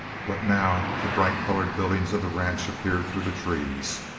but now the bright-colored buildings of the ranch appeared through the trees.